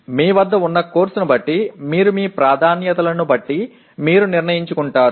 మీ వద్ద ఉన్న కోర్సును బట్టి మరియు మీ ప్రాధాన్యతలను బట్టి మీరు నిర్ణయించుకుంటారు